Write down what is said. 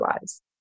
lives